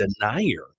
denier